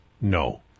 No